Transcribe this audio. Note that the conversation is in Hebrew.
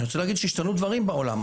אני רוצה להגיד שהשתנו דברים בעולם.